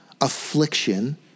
affliction